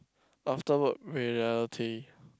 after work reality